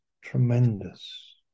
Tremendous